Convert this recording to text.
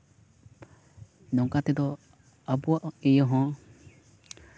ᱱᱚᱝᱠᱟ ᱛᱮᱫᱚ ᱟᱵᱚᱣᱟᱜ ᱤᱭᱟᱹ ᱦᱚᱸ